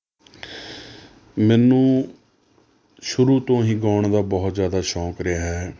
ਮੈਨੂੰ ਸ਼ੁਰੂ ਤੋਂ ਹੀ ਗਾਉਣ ਦਾ ਬਹੁਤ ਜ਼ਿਆਦਾ ਸ਼ੌਂਕ ਰਿਹਾ ਹੈ